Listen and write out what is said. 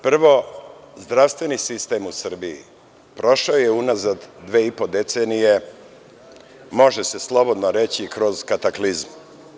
Prvo, zdravstveni sistem u Srbiji prošao je unazad dve i po decenije, može se slobodno reći, kroz kataklizmu.